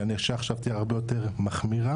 שהענישה עכשיו תהיה הרבה יותר מחמירה.